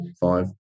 five